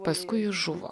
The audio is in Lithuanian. paskui jis žuvo